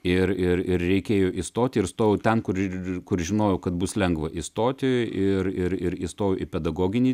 ir ir ir reikėjo įstoti ir stojau ten kur ir ir kur žinojau kad bus lengva įstoti ir ir ir įstojau į pedagoginį